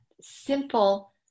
simple